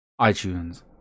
iTunes